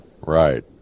Right